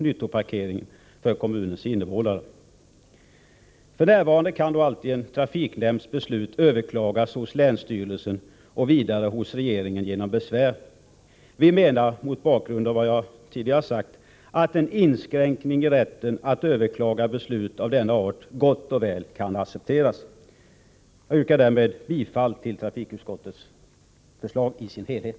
nyttoparkering för kommunens invånare. F.n. kan alltjämt trafiknämndsbeslut överklagas hos länsstyrelse och vidare hos regeringen genom besvär. Vi menar, mot bakgrund av vad jag tidigare sagt, att en inskränkning i rätten att överklaga beslut av denna art gott och väl kan accepteras. Jag yrkar därmed bifall till trafikutskottets förslag i dess helhet.